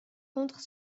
contre